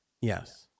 yes